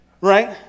right